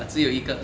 okay lah but 只有一个